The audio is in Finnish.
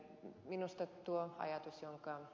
minusta tuo ajatus jonka ed